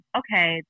okay